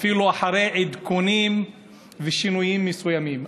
אפילו אחרי עדכונים ושינויים מסוימים,